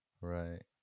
Right